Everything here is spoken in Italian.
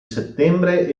settembre